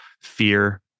fear